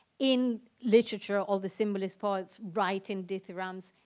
in literature all the symbolist poets writing the theorems,